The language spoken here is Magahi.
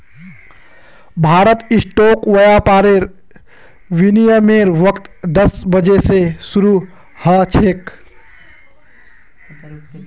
भारतत स्टॉक व्यापारेर विनियमेर वक़्त दस बजे स शरू ह छेक